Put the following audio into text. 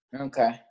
Okay